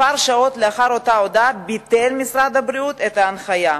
לאחר אותה הודעה ביטל משרד הבריאות את ההנחיה.